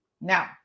Now